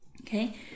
okay